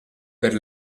per